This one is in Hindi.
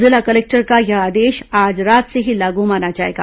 जिला कलेक्टर का यह आदेश आज रात से ही लागू माना जाएगा